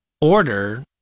order